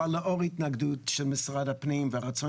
אבל לאור התנגדות של משרד הפנים והרצון